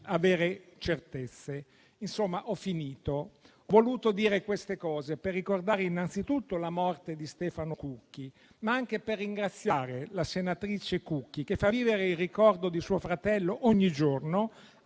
avere certezze. Ho finito. Ho voluto dire queste cose per ricordare innanzitutto la morte di Stefano Cucchi, ma anche per ringraziare la senatrice Cucchi che fa vivere il ricordo di suo fratello ogni giorno,